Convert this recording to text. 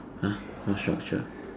!huh! what structure